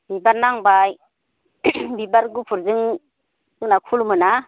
बिबाथ नांबाय बिबार गुफुरजों होना खुलुमोना